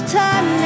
time